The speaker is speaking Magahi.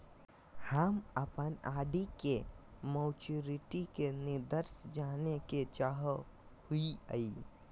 हम अप्पन आर.डी के मैचुरीटी के निर्देश जाने के चाहो हिअइ